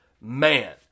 man